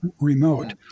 remote